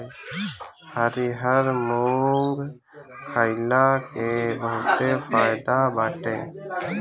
हरिहर मुंग खईला के बहुते फायदा बाटे